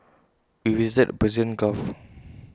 we visited Persian gulf